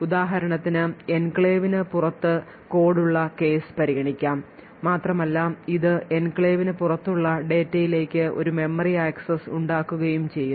ഉദാഹരണത്തിന് എൻക്ലേവിന് പുറത്ത് കോഡ് ഉള്ള കേസ് നമുക്ക് പരിഗണിക്കാം മാത്രമല്ല ഇത് എൻക്ലേവിന് പുറത്തുള്ള ഡാറ്റയിലേക്ക് ഒരു മെമ്മറി ആക്സസ് ഉണ്ടാക്കുകയും ചെയ്യുന്നു